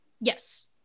Yes